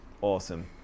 Awesome